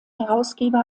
herausgeber